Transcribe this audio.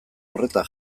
horretan